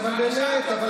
גם הוא לא יודע, היושב-ראש.